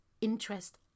interest